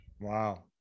Wow